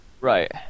Right